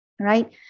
right